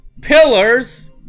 pillars